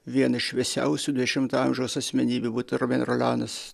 vienas šviesiausių dvidešimto amžiaus asmenybių būt romen rolanas